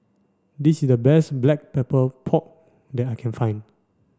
this is the best black pepper pork that I can find